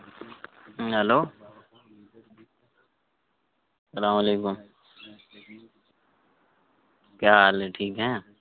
hello سلام علیکم کیا حال ہے ٹھیک ہیں